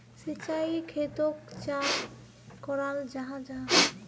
सिंचाई खेतोक चाँ कराल जाहा जाहा?